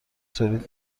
تولید